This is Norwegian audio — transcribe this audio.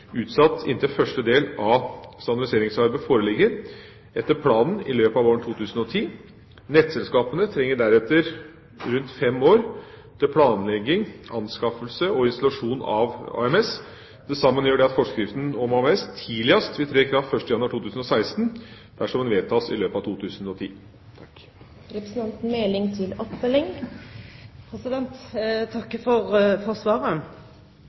utsatt inntil første del av standardiseringsarbeidet foreligger, etter planen i løpet av våren 2010. Nettselskapene trenger deretter rundt fem år til planlegging, anskaffelse og installasjon av AMS. Til sammen gjør det at forskriften om AMS tidligst vil tre i kraft 1. januar 2016, dersom den vedtas i løpet av 2010. Jeg takker for svaret. Det å bruke teknologi for